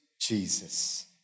Jesus